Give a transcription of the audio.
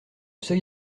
seuil